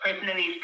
personally